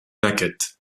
maquettes